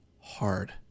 hard